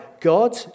God